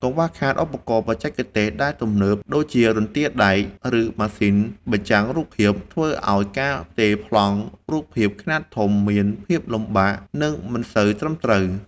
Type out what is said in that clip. កង្វះខាតឧបករណ៍បច្ចេកទេសដែលទំនើប ដូចជារន្ទាដែក ឬម៉ាស៊ីនបញ្ចាំងរូបភាព ធ្វើឱ្យការផ្ទេរប្លង់រូបភាពខ្នាតធំមានភាពលំបាក និងមិនសូវត្រឹមត្រូវ។